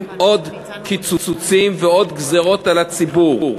עוד קיצוצים ועוד גזירות על הציבור.